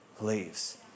leaves